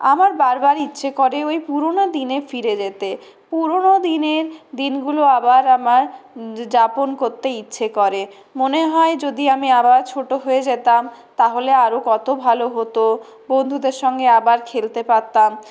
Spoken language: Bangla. আমার বারবার ইচ্ছা করে ওই পুরনো দিনে ফিরে যেতে পুরনো দিনে দিনগুলি আবার আমার যাপন করতে ইচ্ছে করে মনে হয় যদি আমি আবার ছোট হয়ে যেতাম তাহলে আরও কত ভালো হত বন্ধুদের সঙ্গে আবার খেলতে পারতাম